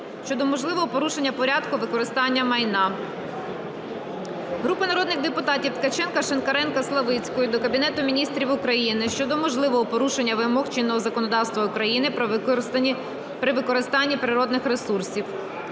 щодо можливого порушення порядку використання майна. Групи народних депутатів (Ткаченка, Шинкаренка, Славицької) до Кабінету Міністрів України щодо можливого порушення вимог чинного законодавства України при використанні природних ресурсів.